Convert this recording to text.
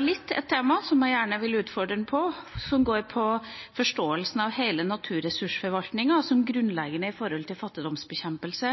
litt ett tema som jeg gjerne vil utfordre ham på, som handler om forståelsen av hele naturressursforvaltninga som grunnleggende når det gjelder fattigdomsbekjempelse